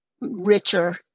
richer